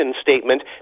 statement